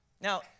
Now